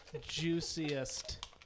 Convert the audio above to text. juiciest